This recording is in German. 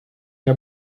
der